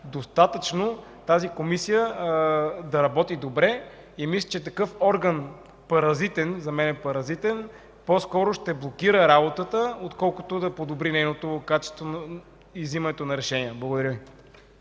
достатъчно Комисията да работи добре. Мисля, че такъв орган, който за мен е паразитен, по-скоро ще блокира работата, отколкото да подобри нейното качество и вземането на решения. Благодаря Ви.